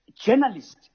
journalists